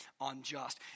unjust